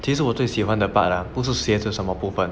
其实我最喜欢的 part ah 不是鞋子什么部分